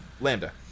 Lambda